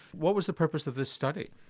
what was the purpose of this study?